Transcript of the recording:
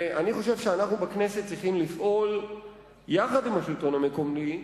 אני חושב שאנחנו בכנסת צריכים לפעול יחד עם השלטון המקומי,